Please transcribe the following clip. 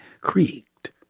creaked